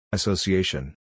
Association